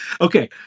Okay